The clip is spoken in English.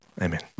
Amen